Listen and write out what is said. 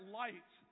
light